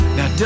Now